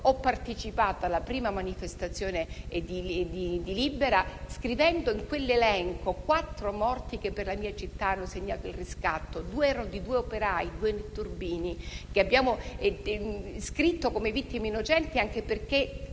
ho partecipato alla prima manifestazione di Libera, scrivendo in quell'elenco i nomi di quattro morti che, per la mia città, hanno segnato il riscatto. Due erano operai, netturbini, che abbiamo scritto come vittime innocenti, anche perché